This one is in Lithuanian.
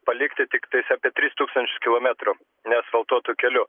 palikti tiktais apie tris tūkstančius kilometrų neasfaltuotų kelių